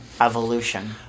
Evolution